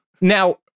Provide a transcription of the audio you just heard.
now